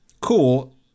Cool